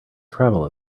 travel